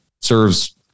serves